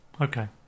Okay